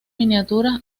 miniaturas